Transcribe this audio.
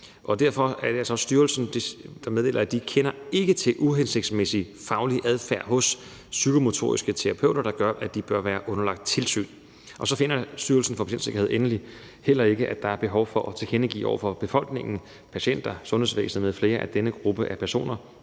Derfor melder styrelsen, at de ikke kender til uhensigtsmæssig faglig adfærd hos psykomotoriske terapeuter, der gør, at de bør være underlagt tilsyn. Endelig finder Styrelsen for Patientsikkerhed heller ikke, at der er behov for at tilkendegive over for befolkningen, patienter, sundhedsvæsenet m.fl., at denne gruppe af personer